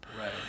Right